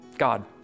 God